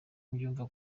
mbyumva